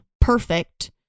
perfect